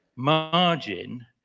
Margin